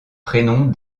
prénoms